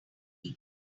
week